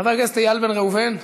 חבר הכנסת איל בן ראובן,